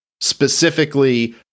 specifically –